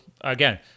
again